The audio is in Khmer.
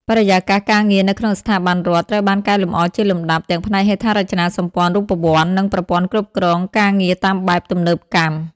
បរិយាកាសការងារនៅក្នុងស្ថាប័នរដ្ឋត្រូវបានកែលម្អជាលំដាប់ ទាំងផ្នែកហេដ្ឋារចនាសម្ព័ន្ធរូបវន្ត និងប្រព័ន្ធគ្រប់គ្រងការងារតាមបែបទំនើបកម្ម។